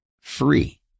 free